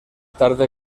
tarde